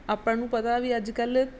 ਆਪਾਂ ਨੂੰ ਪਤਾ ਵੀ ਅੱਜ ਕੱਲ੍ਹ